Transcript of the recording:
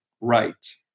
right